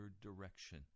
direction